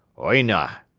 oyna,